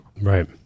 Right